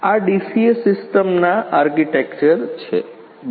આ ડીસીએ સિસ્ટમ્સના આર્કિટેક્ચર્સ છે